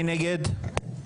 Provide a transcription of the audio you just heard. מי נגד?